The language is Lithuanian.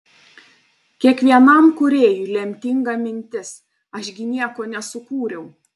kiekvienam kūrėjui lemtinga mintis aš gi nieko nesukūriau